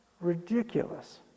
ridiculous